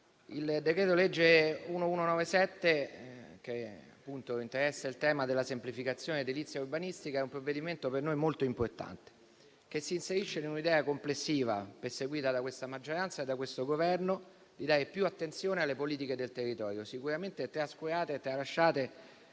69 del 2024, che appunto interessa il tema della semplificazione edilizia e urbanistica, è un provvedimento per noi molto importante, che si inserisce in un'idea complessiva, perseguita da questa maggioranza e da questo Governo, di dare più attenzione alle politiche del territorio, sicuramente trascurate e tralasciate